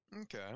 Okay